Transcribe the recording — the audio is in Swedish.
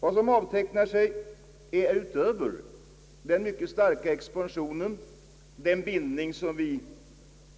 Hänsyn måste tas till den mycket starka expansion, som kommer att ske. Vidare har vi